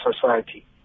society